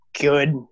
good